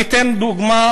אני אתן דוגמה,